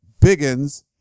Biggins